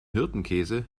hirtenkäse